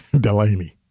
Delaney